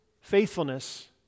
faithfulness